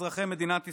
אזרחי מדינת ישראל.